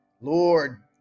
Lord